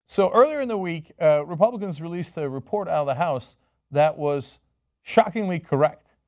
so earlier in the week republicans released a report out of the house that was shockingly correct.